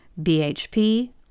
BHP